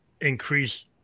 increase